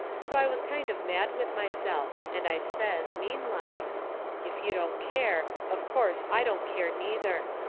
so i was kind of mad with myself, and i says, mean-like if you don't care, of course, i don't care, neither.